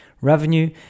revenue